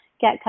get